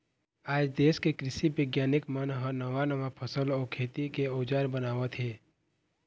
आज देश के कृषि बिग्यानिक मन ह नवा नवा फसल अउ खेती के अउजार बनावत हे